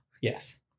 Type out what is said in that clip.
yes